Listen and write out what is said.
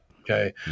Okay